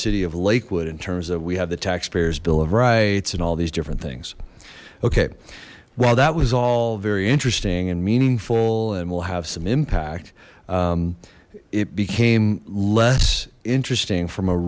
city of lakewood in terms of we have the taxpayers bill of rights and all these different things okay while that was all very interesting and meaningful and will have some impact it became less interesting from a